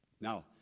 Now